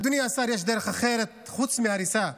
אדוני השר, יש דרך אחרת חוץ מהריסה,